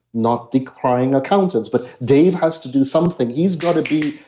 not decrying accountants, but dave has to do something. he's got to be,